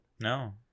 No